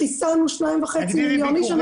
חיסנו 2.5 מיליון איש,